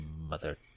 mother